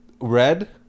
red